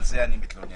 על זה אני מתלונן.